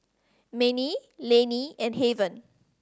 Manie Laney and Haven